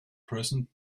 present